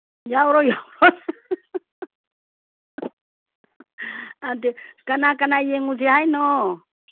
ꯌꯥꯎꯔꯣꯏ ꯌꯥꯎꯔꯣꯏ ꯑꯗꯨ ꯀꯅꯥ ꯀꯅꯥ ꯌꯦꯡꯉꯨꯁꯦ ꯍꯥꯏꯅꯣ